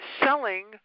selling